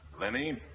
Lenny